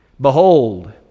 behold